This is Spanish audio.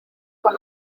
con